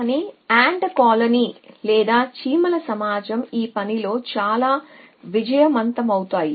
కానీ చీమల కాలనీ లేదా చీమల సమాజం ఈ పనిలో చాలా విజయవంతమవుతాయి